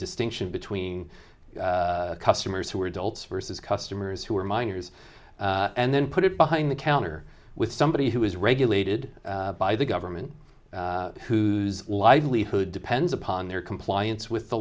distinction between customers who are adults versus customers who are minors and then put it behind the counter with somebody who is regulated by the government whose livelihood depends upon their compliance with the